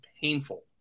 painful